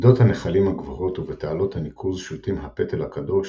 בגדות הנחלים הגבוהות ובתעלות הניקוז שולטים הפטל הקדוש,